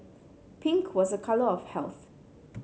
pink was a colour of health